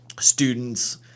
students